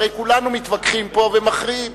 הרי כולנו מתווכחים פה ומכריעים.